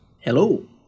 Hello